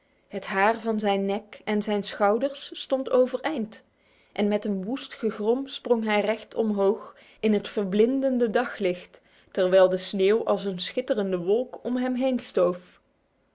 het haar van zijn nek en zijn schouders stond overeind en met een woest gegrom sprong hij recht omhoog in het verblindende daglicht terwijl de sneeuw als een schitterende wolk om hem heen stoof